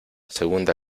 segunda